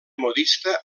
modista